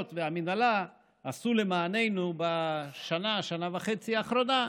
והמינהלה עשו למעננו בשנה-שנה וחצי האחרונות,